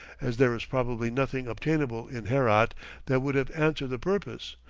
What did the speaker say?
as there is probably nothing obtainable in herat that would have answered the purpose,